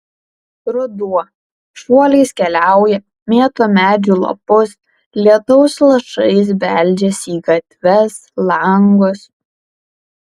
ruduo šuoliais keliauja mėto medžių lapus lietaus lašais beldžiasi į gatves langus